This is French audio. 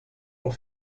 pour